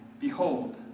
Behold